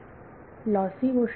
विद्यार्थी लॉसी गोष्ट